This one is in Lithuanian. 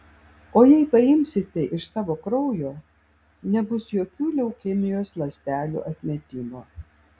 o jei paimsite iš savo kraujo nebus jokio leukemijos ląstelių atmetimo